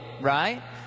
Right